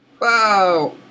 Wow